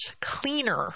cleaner